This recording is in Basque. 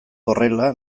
horrela